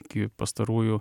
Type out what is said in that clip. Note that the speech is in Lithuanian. iki pastarųjų